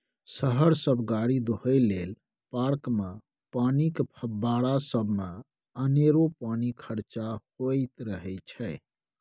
शहर सब गाड़ी धोए लेल, पार्कमे पानिक फब्बारा सबमे अनेरो पानि खरचा होइत रहय छै